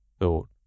thought